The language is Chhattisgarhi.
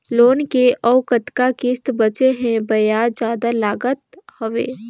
लोन के अउ कतका किस्त बांचें हे? ब्याज जादा लागत हवय,